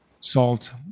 Salt